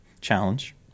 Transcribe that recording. Challenge